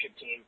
team